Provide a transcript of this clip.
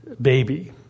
baby